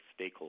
stakeholders